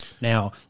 Now